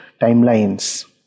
timelines